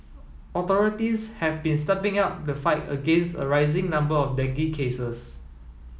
authorities have been stepping up the fight against a rising number of dengue cases